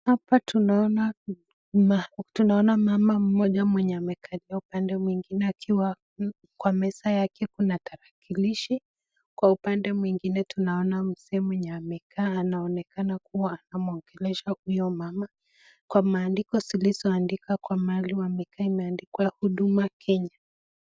Hapa tunaona mama mmoja mwenye amekalia upande mwingine akiwa kwa meza yake na tarakilishi, kwa upande mwingine tunaona mzee mwenye amekaa anaonekana kuwa anamwongelesha huyo mama, kwa maandiko zilizo andikwa kwa mahali wamekaa imeandikwa huduma kenya.